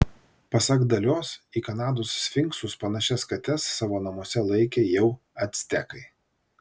pasak dalios į kanados sfinksus panašias kates savo namuose laikė jau actekai